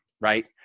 Right